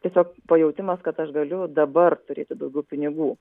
tiesiog pajautimas kad aš galiu dabar turėti daugiau pinigų